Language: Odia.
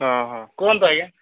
ହଁ ହଁ କୁହନ୍ତୁ ଆଜ୍ଞା